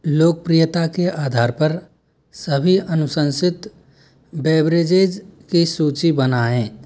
लोकप्रियता के आधार पर सभी अनुशंसित बेवरेजेज़ की सूची बनाएँ